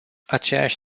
aceeași